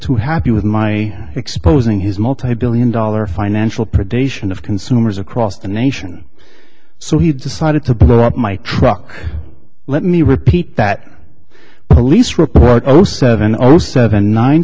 too happy with my exposing his multibillion dollar financial predation of consumers across the nation so he decided to blow up my truck let me repeat that police report almost seven almost seven nine